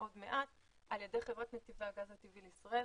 עוד מעט על ידי חברת נתיבי הגז הטבעי לישראל,